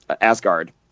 Asgard